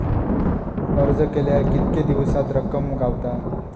अर्ज केल्यार कीतके दिवसात रक्कम गावता?